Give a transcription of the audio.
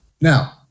Now